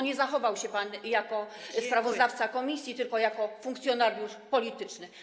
Nie zachował się pan jak sprawozdawca komisji, tylko jak funkcjonariusz polityczny.